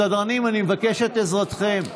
סדרנים, אני מבקש את עזרתכם.